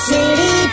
City